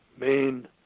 main